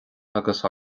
agus